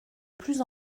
plus